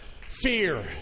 fear